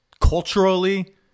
culturally